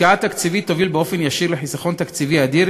תוביל באופן ישיר לחיסכון תקציבי אדיר